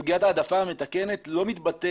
אבל עדיין סוגיית ההעדפה המתקנת לא מתבטלת,